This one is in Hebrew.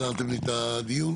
החזרתם לי את הדיון?